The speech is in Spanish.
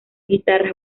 guitarras